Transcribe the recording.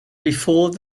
before